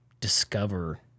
discover